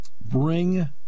Bring